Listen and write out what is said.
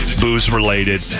booze-related